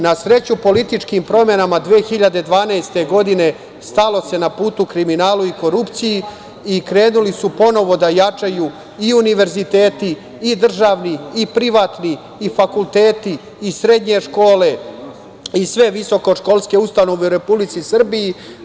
Na sreću, političkim promenama 2012. godine stalo se na putu kriminalu i korupciji i krenuli su ponovo da jačaju i univerziteti, državni i privatni, fakulteti i srednje škole i sve visokoškolske ustanove u Republici Srbiji.